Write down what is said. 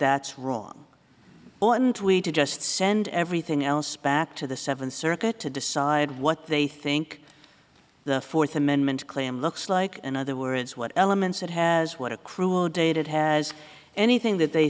that's wrong one tweeter just send everything else back to the seventh circuit to decide what they think the fourth amendment claim looks like in other words what elements it has what a cruel dated has anything that they